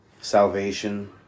Salvation